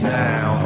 now